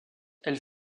elles